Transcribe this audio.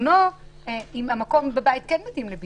רוצה אם המקום בבית שלו כן מתאים לבידוד.